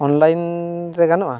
ᱨᱮ ᱜᱟᱱᱚᱜᱼᱟ